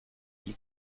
ils